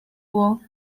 wall